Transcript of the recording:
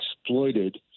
exploited